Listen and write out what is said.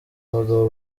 abagabo